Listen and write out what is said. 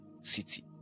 city